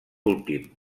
últim